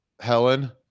helen